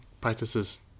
practices